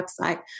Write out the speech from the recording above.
website